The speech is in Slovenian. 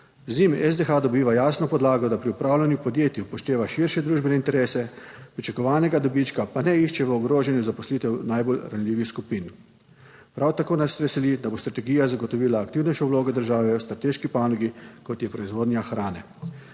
Z njim SDH dobiva jasno podlago, da pri upravljanju podjetij upošteva širše družbene interese, pričakovanega dobička pa ne išče v ogrožanju zaposlitev najbolj ranljivih skupin. Prav tako nas veseli, da bo strategija zagotovila aktivnejšo vlogo države v strateški panogi, kot je proizvodnja hrane.